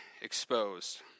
exposed